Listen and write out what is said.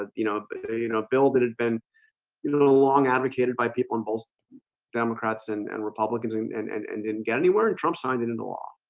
ah you know you know bill that had been you know long advocated by people on both democrats and and republicans and and and and didn't get anywhere and trump signed it into law